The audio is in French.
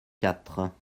quatre